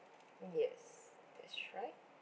yes that's right